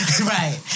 Right